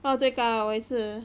oh 最高 ah 我也是